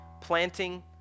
planting